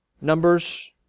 Numbers